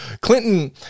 clinton